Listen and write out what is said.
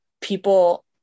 people